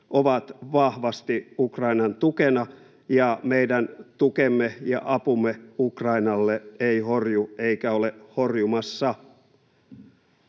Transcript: ovat vahvasti Ukrainan tukena. Meidän tukemme ja apumme Ukrainalle eivät horju eivätkä ole horjumassa.